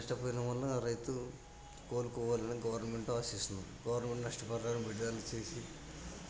నష్టపోయినం వల్న రైతు కోలుకోవాలని గవర్నమెంట్ ఆశిస్తుంది గవర్నమెంట్ నష్టపరిహారం విడుదల చేసి